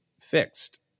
fixed